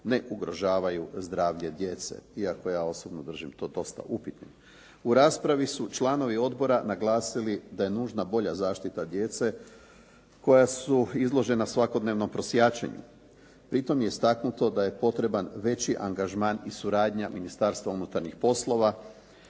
ne ugrožavaju zdravlje djece, iako ja osobno držim to dosta upitnim. U raspravi su članovi odbora naglasili da je nužna bolja zaštita djece koja su izložena svakodnevnom prosjačenju. Pri tom je istaknuto da je potreban veći angažman i suradnja Ministarstva unutarnjih poslova